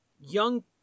young